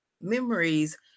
memories